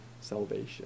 salvation